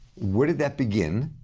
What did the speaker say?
where did that begin,